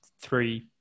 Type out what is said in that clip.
three